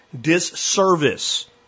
disservice